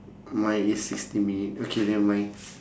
mine is sixty minute okay never mind